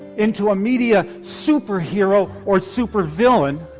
into a media superhero or super villain